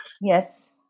Yes